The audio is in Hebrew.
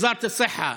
שחשוב,